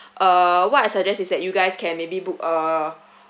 uh what I suggest is that you guys can maybe book a